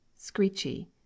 Screechy